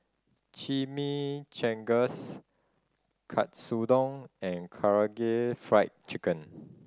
Chimichangas Katsudon and Karaage Fried Chicken